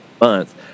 month